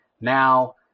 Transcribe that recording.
Now